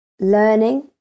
learning